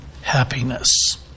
happiness